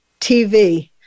TV